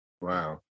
Wow